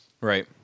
Right